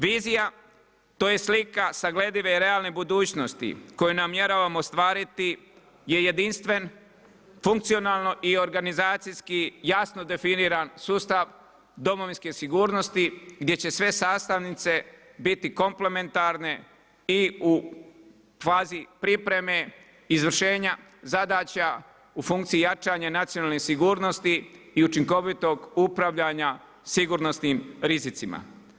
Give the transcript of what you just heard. Vizija, to je slika sagledive i realne budućnosti koju namjeravamo ostvariti je jedinstven funkcionalno i organizacijski jasno definiran sustav Domovinske sigurnosti gdje će sve sastavnice biti komplementarne i u fazi pripreme izvršenja zadaća u funkciji jačanja nacionalne sigurnosti i učinkovitog upravljanja sigurnosnim rizicima.